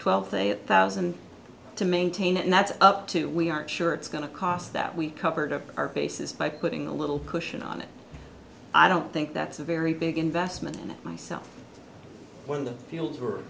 twelve thousand to maintain and that's up to we aren't sure it's going to cost that we covered up our bases by putting a little cushion on it i don't think that's a very big investment and myself when the fields were